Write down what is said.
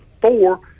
four